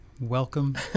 welcome